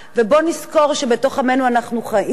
ובוא נזכור שבתוך עמנו אנחנו חיים,